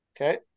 Okay